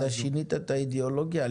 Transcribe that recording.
אתה שינית את האידיאולוגיה.